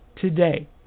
today